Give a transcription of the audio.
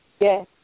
Yes